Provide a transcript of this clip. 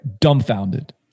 dumbfounded